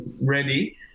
ready